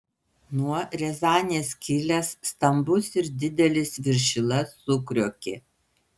nuo riazanės kilęs stambus ir didelis viršila sukriokė